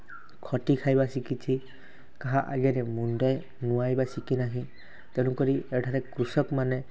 ଖଟି ଖାଇବା ଶିଖିଛି କାହା ଆଗରେ ମୁଣ୍ଡ ନୁଁଆଇବା ଶିଖିନାହିଁ ତେଣୁକରି ଏଠାରେ କୃଷକ ମାନେ